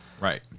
right